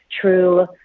true